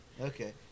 Okay